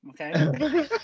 okay